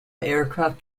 aircraft